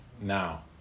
now